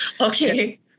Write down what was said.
Okay